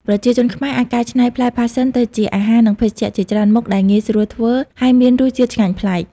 ប្រជាជនខ្មែរអាចកែច្នៃផ្លែផាសសិនទៅជាអាហារនិងភេសជ្ជៈជាច្រើនមុខដែលងាយស្រួលធ្វើ ហើយមានរសជាតិឆ្ងាញ់ប្លែក។